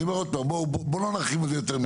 אני אומר עוד פעם, בואו לא נרחיב על זה יותר מידי.